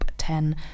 ten